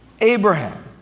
Abraham